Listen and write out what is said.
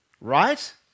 Right